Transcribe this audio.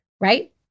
right